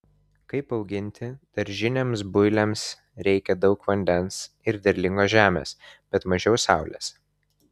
kaip auginti daržiniams builiams reikia daug vandens ir derlingos žemės bet mažiau saulės